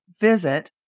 visit